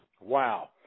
Wow